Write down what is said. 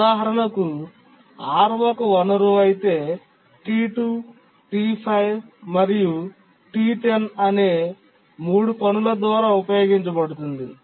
ఉదాహరణకు R ఒక వనరు అయితే T2 T5 మరియు T10 అనే 3 పనుల ద్వారా ఉపయోగించబడుతుంది